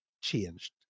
changed